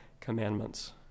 commandments